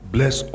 Bless